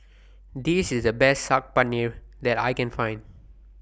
This IS The Best Saag Paneer that I Can Find